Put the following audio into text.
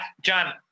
John